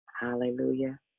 Hallelujah